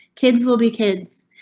kids will be kids,